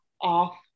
off